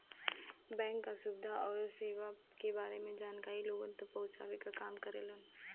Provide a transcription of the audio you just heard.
bank क सुविधा आउर सेवा क बारे में जानकारी लोगन तक पहुँचावे क काम करेलन